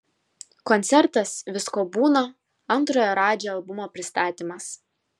koncertas visko būna antrojo radži albumo pristatymas